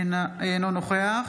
אינו נוכח